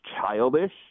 childish